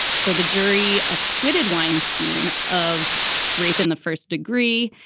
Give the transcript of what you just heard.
so the jury acquitted weinstein of rape in the first degree.